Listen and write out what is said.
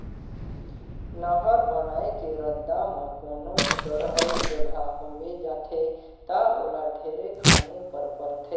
नहर बनाए के रद्दा म कोनो चड़हउ जघा होवे जाथे ता ओला ढेरे खने पर परथे